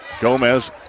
gomez